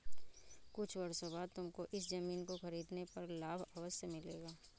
कुछ वर्षों बाद तुमको इस ज़मीन को खरीदने पर लाभ अवश्य मिलेगा